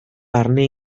barne